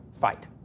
fight